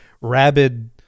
rabid